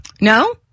No